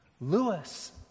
Lewis